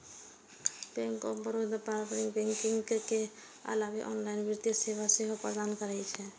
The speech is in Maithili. बैंक ऑफ बड़ौदा पारंपरिक बैंकिंग के अलावे ऑनलाइन वित्तीय सेवा सेहो प्रदान करै छै